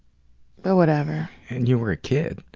but whatever. and you were a kid.